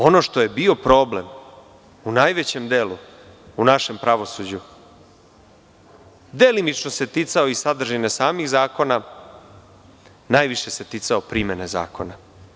Ono što je bio problem, u najvećem delu, u našem pravosuđu delimično se ticao i sadržine samih zakona, najviše se ticao primene zakona.